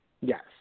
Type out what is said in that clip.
Yes